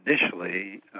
initially